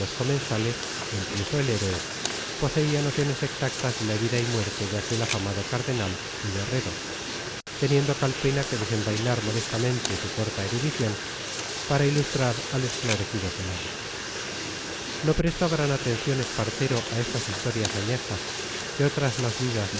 comensales incluso el héroe poseía nociones exactas de la vida y muerte de aquel afamado cardenal y guerrero teniendo calpena que desenvainar modestamente su corta erudición para ilustrar al esclarecido senado no prestó gran atención espartero a estas historias añejas que otras más vivas le